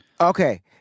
Okay